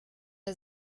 der